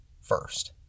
first